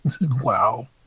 Wow